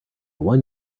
one